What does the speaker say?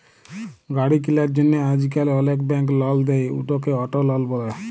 গাড়ি কিলার জ্যনহে আইজকাল অলেক ব্যাংক লল দেই, উটকে অট লল ব্যলে